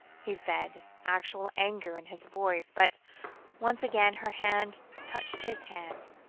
he said, actual anger in his voice, but once again her hand touched his hand,